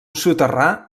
soterrar